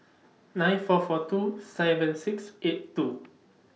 nine four four two seven six eight two